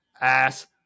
ass